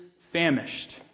famished